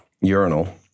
urinal